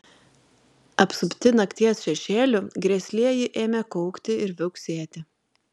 apsupti nakties šešėlių grėslieji ėmė kaukti ir viauksėti